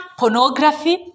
pornography